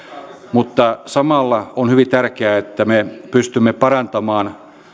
mutta samalla on hyvin tärkeää että me pystymme parantamaan